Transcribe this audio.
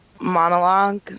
monologue